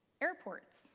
Airports